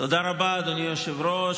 תודה רבה, אדוני היושב-ראש.